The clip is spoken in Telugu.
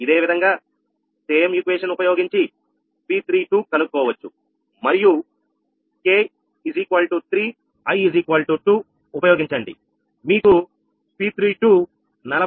ఇదేవిధంగా ఒకే రకమైన సమీకరణం ఉపయోగించి P32 కనుక్కోవచ్చు మరియు k 3 i k 3 i 2 ఉపయోగించండి మీకు P32 49